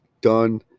done